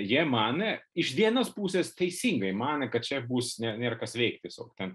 jie manė iš vienos pusės teisingai manė kad čia bus ne nėr kas veikt tiesiog ten